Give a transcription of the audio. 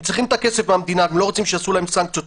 הם צריכים את הכסף מהמדינה ולא רוצים שיעשו להם סנקציות,